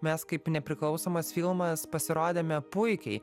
mes kaip nepriklausomas filmas pasirodėme puikiai